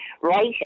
right